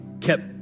kept